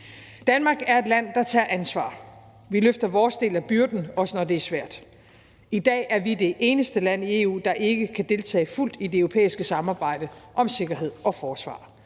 Danmark er et land, der tager ansvar. Vi løfter vores del af byrden, også når det er svært. I dag er vi det eneste land i EU, der ikke kan deltage fuldt i det europæiske samarbejde om sikkerhed og forsvar.